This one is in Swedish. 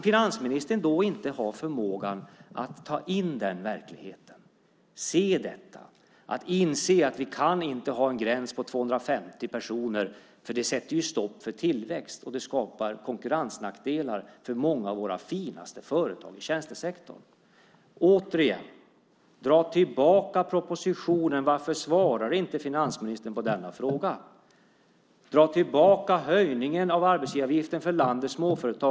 Finansministern har inte förmågan att ta in den verkligheten och se detta och inse att vi inte kan ha en gräns på 250 personer. Det sätter stopp för tillväxt och det skapar konkurrensnackdelar för många av våra finaste företag i tjänstesektorn. Återigen: Dra tillbaka propositionen! Varför svarar inte finansministern på denna fråga? Dra tillbaka höjningen av arbetsgivaravgiften för landets småföretag!